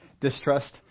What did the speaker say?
distrust